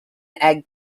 egg